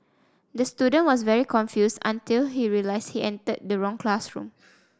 the student was very confused until he realised he entered the wrong classroom